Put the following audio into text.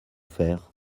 faire